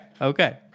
Okay